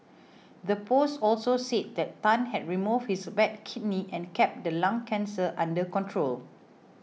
the post also said that Tan had removed his bad kidney and kept the lung cancer under control